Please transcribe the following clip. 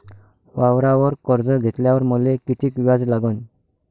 वावरावर कर्ज घेतल्यावर मले कितीक व्याज लागन?